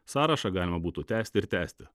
sąrašą galima būtų tęsti ir tęsti